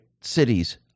cities